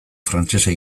frantsesa